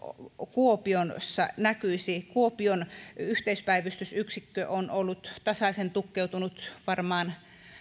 kuopiossa näkyisi kuopion yhteispäivystysyksikkö on ollut tasaisen tukkeutunut varmaan